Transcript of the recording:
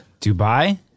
Dubai